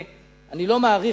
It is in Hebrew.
אני לא מעריך,